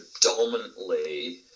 predominantly